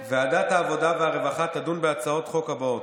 ועדת העבודה והרווחה תדון בהצעות חוק הבאות: